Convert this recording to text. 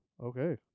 Okay